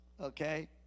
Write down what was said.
okay